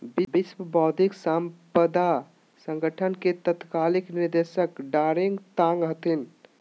विश्व बौद्धिक साम्पदा संगठन के तत्कालीन निदेशक डारेंग तांग हथिन